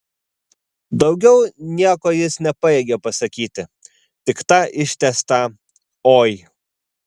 daugiau nieko jis nepajėgė pasakyti tik tą ištęstą oi